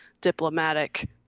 diplomatic